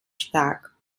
stark